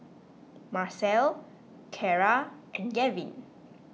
Marcel Cara and Gavin